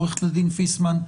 עו"ד פיסמן,